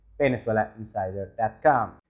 VenezuelaInsider.com